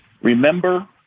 Remember